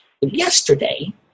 Yesterday